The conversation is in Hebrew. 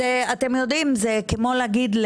כמו להגיד,